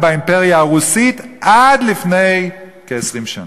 באימפריה הרוסית עד לפני כ-20 שנה.